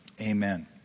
amen